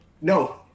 No